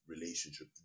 relationship